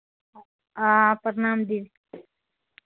हाँ प्रणाम दीदी